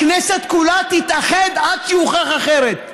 הכנסת כולה תתאחד עד שיוכח אחרת.